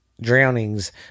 drownings